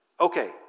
Okay